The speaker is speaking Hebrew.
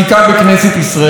בשורה התחתונה,